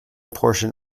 portion